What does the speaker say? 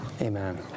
Amen